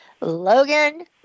logan